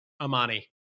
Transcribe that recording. Amani